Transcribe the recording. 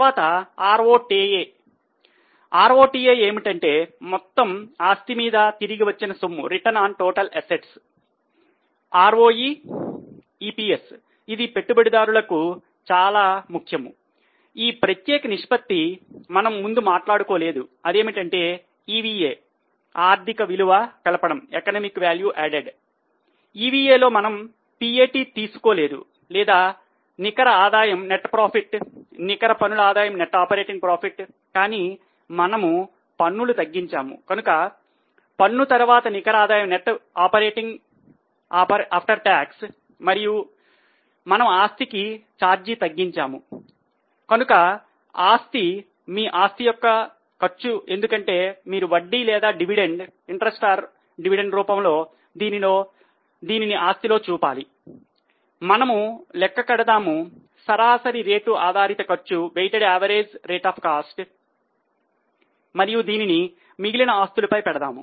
తర్వాత ROTA ఏమిటంటే మొత్తం ఆస్తి మీద తిరిగి వచ్చిన సొమ్ము మరియు దీన్ని మిగిలిన ఆస్తులపై పెడదాం